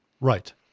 Right